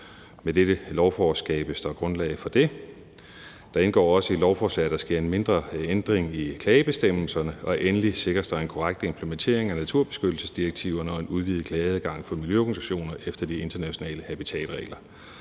Med dette lovforslag skabes der grundlag for det. Der indgår også i lovforslaget, at der sker en mindre ændring i klagebestemmelserne, og endelig sikres der en korrekt implementering af naturbeskyttelsesdirektiverne og en udvidet klageadgang for miljøorganisationer efter de internationale habitatregler.